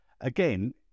again